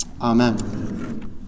amen